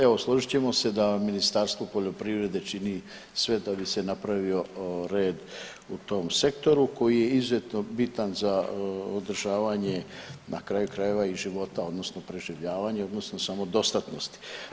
Evo složit ćemo se da Ministarstvo poljoprivrede čini sve da bi se napravio red u tom sektoru koji je izuzetno bitan za održavanje na kraju krajeva i života odnosno preživljavanje odnosno samodostatnosti.